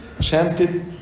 chanted